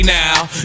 now